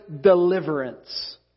deliverance